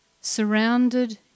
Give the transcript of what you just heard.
surrounded